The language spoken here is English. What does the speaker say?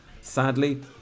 Sadly